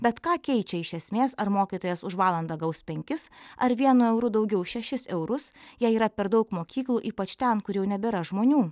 bet ką keičia iš esmės ar mokytojas už valandą gaus penkis ar vienu euru daugiau šešis eurus jei yra per daug mokyklų ypač ten kur jau nebėra žmonių